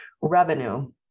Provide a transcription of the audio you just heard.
revenue